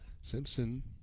Simpson